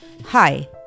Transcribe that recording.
Hi